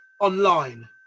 online